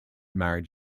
married